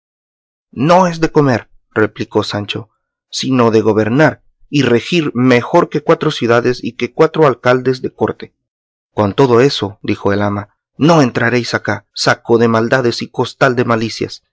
no es de comer replicó sancho sino de gobernar y regir mejor que cuatro ciudades y que cuatro alcaldes de corte con todo eso dijo el ama no entraréis acá saco de maldades y costal de malicias